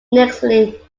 necessarily